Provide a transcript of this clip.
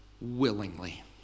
willingly